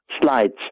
slides